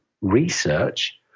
research